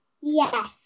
Yes